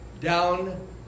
down